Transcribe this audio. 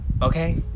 Okay